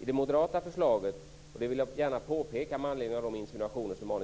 I det moderata förslaget - detta vill jag gärna påpeka med anledning av Arne